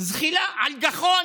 זחילה על גחון.